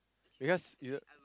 because you don't